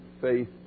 faith